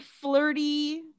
flirty